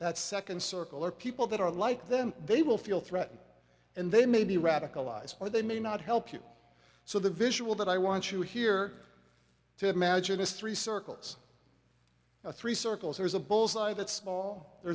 that second circle or people that are like them they will feel threatened and they may be radicalized or they may not help you so the visual that i want you here to imagine is three circles three circles there's a bull's eye that small